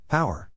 Power